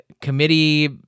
committee